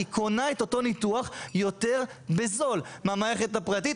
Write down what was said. היא קונה את אותו ניתוח יותר בזול מהמערכת הפרטית.